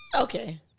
Okay